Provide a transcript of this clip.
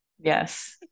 Yes